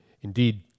Indeed